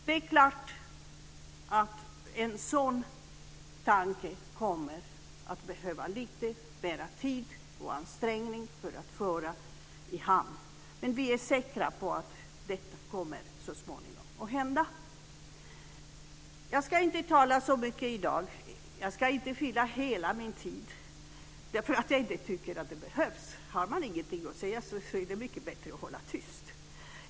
Det är klart att en sådan tanke kommer att behöva lite mer tid och ansträngning för att föras i hamn. Men vi är säkra på att det kommer att hända så småningom. Jag ska inte tala så mycket i dag. Jag ska inte fylla hela min talartid, eftersom jag inte tycker att det behövs. Har man ingenting att säga är det mycket bättre att hålla tyst.